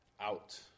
out